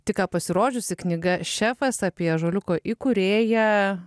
tik ką pasirodžiusi knyga šefas apie ąžuoliuko įkūrėją